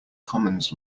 commons